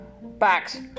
backs